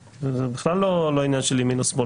זה ברוסית.